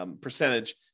percentage